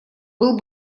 был